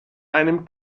einem